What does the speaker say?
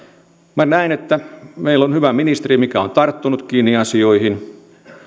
minä näen että meillä on hyvä ministeri joka on tarttunut kiinni asioihin